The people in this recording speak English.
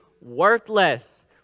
worthless